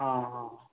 ହଁ ହଁ